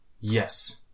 Yes